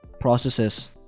processes